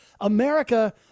America